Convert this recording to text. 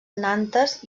nantes